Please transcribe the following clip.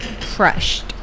crushed